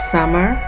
Summer